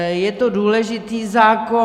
Je to důležitý zákon.